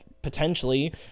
potentially